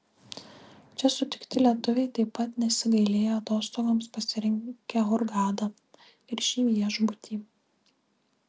čia sutikti lietuviai taip pat nesigailėjo atostogoms pasirinkę hurgadą ir šį viešbutį